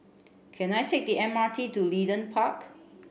can I take the M R T to Leedon Park